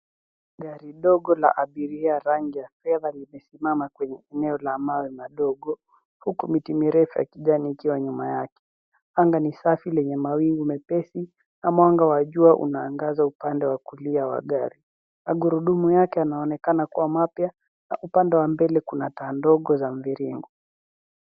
Gari ndogo la abiria la rangi ya fedha limesimama kwenye eneo la mawe madogo huku miti mirefu ya kijani ikiwa nyuma yake. Anga ni safi lenye mawingu mepesi na mwanga wa jua unaangaza upande wa kulia wa gari. Magurudumu yake yanaonekana kuwa mapya na upande wa mbele kuna taa ndogo za mviringo.